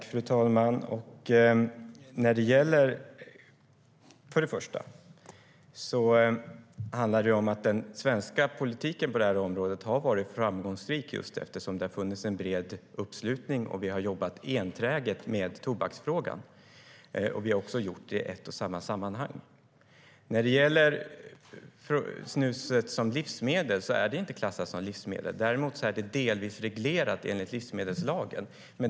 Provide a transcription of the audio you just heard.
Fru talman! Den svenska politiken på detta område har varit framgångsrik eftersom det har funnits en bred uppslutning och vi har jobbat enträget med tobaksfrågan. Vi har också gjort det i ett och samma sammanhang. Snus är inte klassat som livsmedel. Däremot är det delvis reglerat enligt livsmedelslagen.